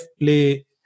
play